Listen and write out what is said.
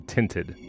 Tinted